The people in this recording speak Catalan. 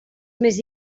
més